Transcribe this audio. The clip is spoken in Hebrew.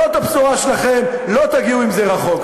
זאת הבשורה שלכם, לא תגיעו עם זה רחוק.